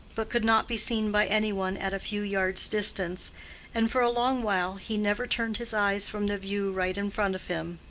but could not be seen by any one at a few yards' distance and for a long while he never turned his eyes from the view right in front of him.